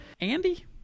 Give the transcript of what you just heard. Andy